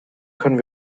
können